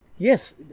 Yes